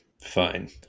fine